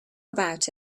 about